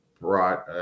brought